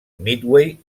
midway